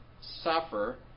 suffer